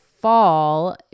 fall